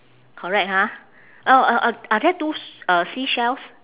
correct ha oh uh uh are there two s~ uh seashells